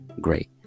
Great